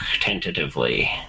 tentatively